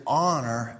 honor